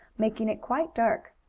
making it quite dark.